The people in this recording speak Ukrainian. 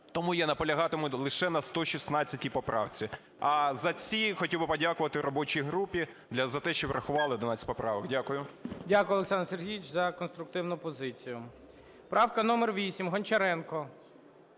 Тому я наполягатиму лише на 116 поправці. А за ці хотів би подякувати робочій групі за те, що врахували 11 поправок. Дякую. ГОЛОВУЮЧИЙ. Дякую, Олександр Сергійович, за конструктивну позицію. Правка номер 8, Гончаренко.